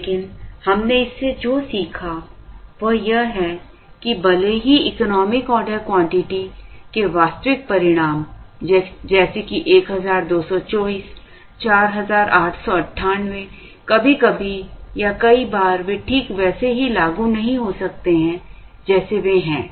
लेकिन हमने इससे जो सीखा वह यह है कि भले ही इकोनॉमिक ऑर्डर क्वांटिटी के वास्तविक परिणाम जैसे कि 1224 4898 कभी कभी या कई बार वे ठीक वैसे ही लागू नहीं हो सकते हैं जैसे वे हैं